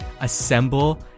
assemble